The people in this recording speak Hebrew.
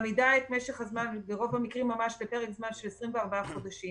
שמעמידה את משך הזמן ברוב המקרים על פרק זמן של 24 חודשים.